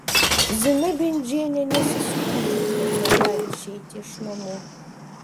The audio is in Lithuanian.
zina bendžienė nesiskundžia kad negali išeiti iš namų